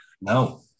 No